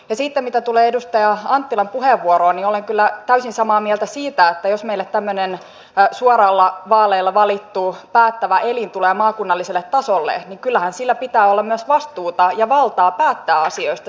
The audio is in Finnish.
ja mitä tulee edustaja anttilan puheenvuoroon olen kyllä täysin samaa mieltä siitä että jos meille tämmöinen suorilla vaaleilla valittu päättävä elin tulee maakunnalliselle tasolle niin kyllähän sillä pitää olla myös vastuuta ja valtaa päättää asioista